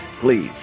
please